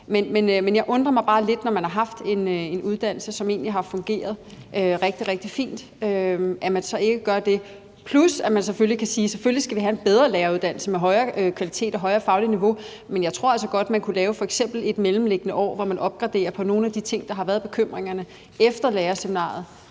Men jeg undrer mig bare lidt, når man har haft en uddannelse, som egentlig fungerede rigtig, rigtig fint, at man så ikke gør det; plus at man kan sige, at vi selvfølgelig skal have en bedre læreruddannelse med bedre kvalitet og højere fagligt niveau. Men jeg tror altså godt, at man kunne lave f.eks. et mellemliggende år, hvor man opgraderer i forhold til nogle af de ting, der har været bekymringerne efter lærerseminariet,